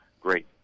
Great